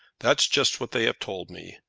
that's just what they have told me.